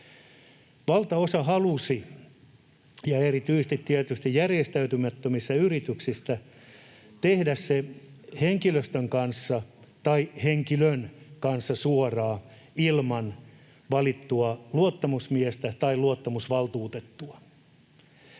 Valtaosa — erityisesti tietysti järjestäytymättömistä yrityksistä — halusi tehdä sen henkilöstön tai henkilön kanssa suoraan ilman valittua luottamusmiestä tai luottamusvaltuutettua.